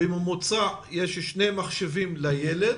בממוצע יש שני מחשבים לילד